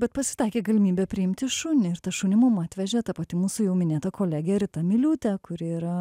bet pasitaikė galimybė priimti šunį ir tą šunį mum atvežė ta pati mūsų jau minėta kolegė rita miliūtė kuri yra